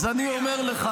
בן ערובה.